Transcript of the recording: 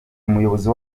umuyobozi